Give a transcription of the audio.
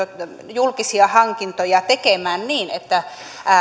julkisia hankintoja tekemään niin että